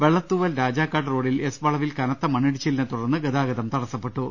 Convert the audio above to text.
വെള്ളത്തൂവൽ രാജാക്കാട് റോഡിൽ എസ് വളവിൽ കനത്ത മണ്ണിടിച്ചിലിനെ തുടർന്ന് ഗതാഗതം തടസ്സപ്പെട്ടു